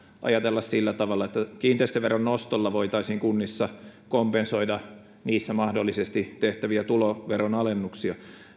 ajatella sillä tavalla että kiinteistöveron nostolla voitaisiin kunnissa kompensoida niissä mahdollisesti tehtäviä tuloveron alennuksia